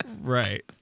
Right